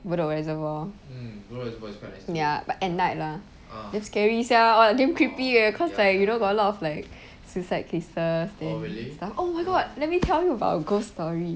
bedok reservoir ya but at night lah damn scary sia damn creepy leh cause like you know got a lot of like suicide cases then stuff oh my god let me tell you about a ghost story